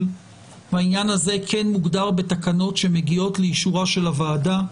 והעניין הזה כן מוגדר בתקנות שמגיעות לאישורה של הוועדה.